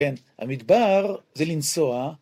המדבר זה לנסוע